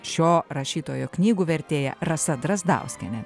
šio rašytojo knygų vertėja rasa drazdauskienė